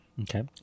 Okay